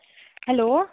hello